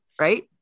right